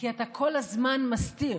כי אתה כל הזמן מסתיר,